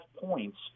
points